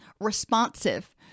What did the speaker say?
responsive